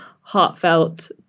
heartfelt